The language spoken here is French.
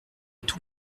tous